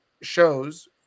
shows